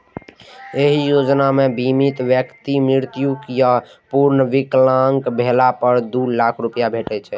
एहि योजना मे बीमित व्यक्ति के मृत्यु या पूर्ण विकलांग भेला पर दू लाख रुपैया भेटै छै